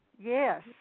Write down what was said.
Yes